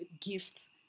gifts